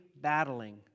battling